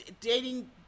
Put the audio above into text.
dating